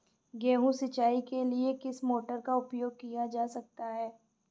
गेहूँ सिंचाई के लिए किस मोटर का उपयोग किया जा सकता है?